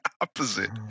opposite